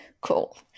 Cool